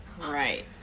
right